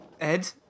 Ed